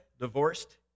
divorced